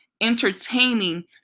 entertaining